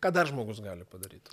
ką dar žmogus gali padaryt